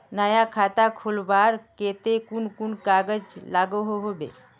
नया खाता खोलवार केते कुन कुन कागज लागोहो होबे?